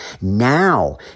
Now